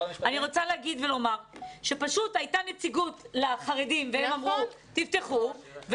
אני רוצה לומר שפשוט הייתה נציגות לחרדים והם אמרו תפתחו,